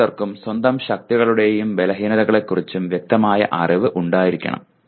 ഓരോരുത്തർക്കും സ്വന്തം ശക്തികളെയും ബലഹീനതകളെയും കുറിച്ച് വ്യക്തമായ അറിവ് ഉണ്ടായിരിക്കണം